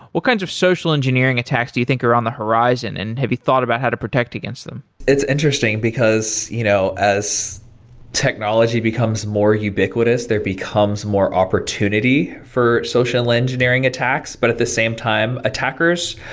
what kinds of social engineering attacks do you think are on the horizon, and have you thought about how to protect against them? it's interesting because you know as technology becomes more ubiquitous, there becomes more opportunity for social engineering attacks, but at the same time attackers,